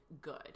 good